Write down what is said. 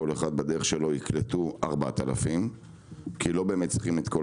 כל אחת בדרכה תקלוט כ-4,000 כי לא צריכים את כל